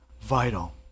vital